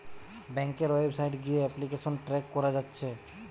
ব্যাংকের ওয়েবসাইট গিয়ে application track কোরা যাচ্ছে